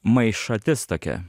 maišatis tokia